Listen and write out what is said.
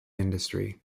industry